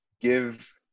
give